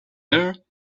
there